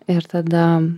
ir tada